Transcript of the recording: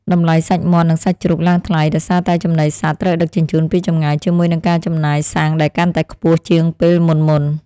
តម្លៃសាច់មាន់និងសាច់ជ្រូកឡើងថ្លៃដោយសារតែចំណីសត្វត្រូវដឹកជញ្ជូនពីចម្ងាយជាមួយនឹងការចំណាយសាំងដែលកាន់តែខ្ពស់ជាងពេលមុនៗ។